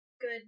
Good